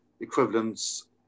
equivalents